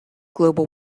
global